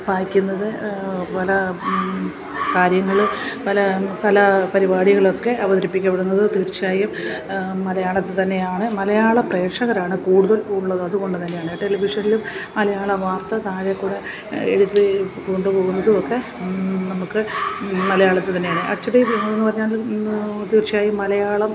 വായിക്കുന്നത് പല കാര്യങ്ങള് പല പല പരിപാടികളൊക്കെ അവതരിപ്പിക്കപ്പെടുന്നത് തീർച്ചയായും മലയാളത്തില് തന്നെയാണ് മലയാള പ്രേക്ഷകരാണ് കൂടുതൽ ഉള്ളത് അതുകൊണ്ടുതന്നെയാണ് ടെലിവിഷനിലും മലയാള വാർത്ത താഴെക്കൂടെ എഴുതി കൊണ്ടുപോവുന്നതുമൊക്കെ നമുക്ക് മലയാളത്തില്തന്നെയാണ് അച്ചടി രീതികളെന്നു പറഞ്ഞാല് തീർച്ചയായും മലയാളം